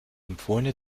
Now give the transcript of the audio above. empfohlene